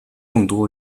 众多